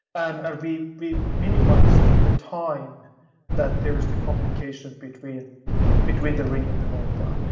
and and we we minimized the time that there is the communication between between the ring and the mobile. but